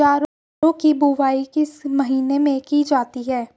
बाजरे की बुवाई किस महीने में की जाती है?